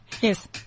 Yes